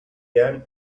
yang